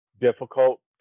difficult